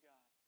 God